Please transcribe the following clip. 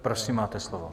Prosím, máte slovo.